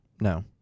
no